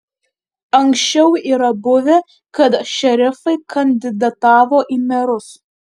anksčiau yra buvę kad šerifai kandidatavo į merus